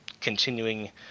continuing